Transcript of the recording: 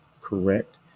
correct